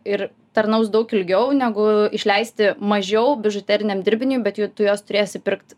ir tarnaus daug ilgiau negu išleisti mažiau bižuteriniam dirbiniui bet juk tu juos turėsi pirkt